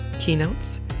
keynotes